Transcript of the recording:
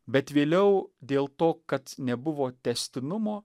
bet vėliau dėl to kad nebuvo tęstinumo